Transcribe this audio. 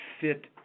fit